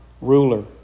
ruler